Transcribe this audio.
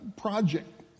project